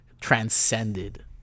transcended